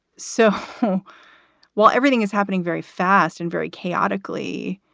so while everything is happening very fast and very chaotically,